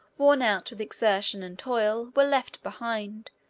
worn out with exertion and toil, were left behind,